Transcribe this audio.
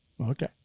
Okay